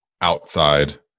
outside